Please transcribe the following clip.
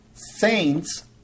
Saints